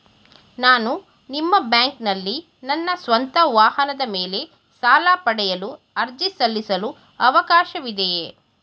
ನಾನು ನಿಮ್ಮ ಬ್ಯಾಂಕಿನಲ್ಲಿ ನನ್ನ ಸ್ವಂತ ವಾಹನದ ಮೇಲೆ ಸಾಲ ಪಡೆಯಲು ಅರ್ಜಿ ಸಲ್ಲಿಸಲು ಅವಕಾಶವಿದೆಯೇ?